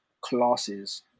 classes